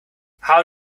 how